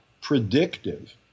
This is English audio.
predictive